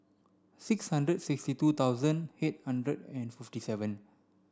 six hundred sixty two thousand eight hundred and fifty seven